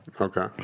Okay